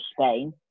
Spain